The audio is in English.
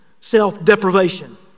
self-deprivation